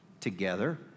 together